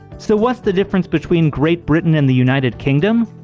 so what's the difference between great britain and the united kingdom?